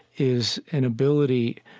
is an ability